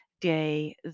day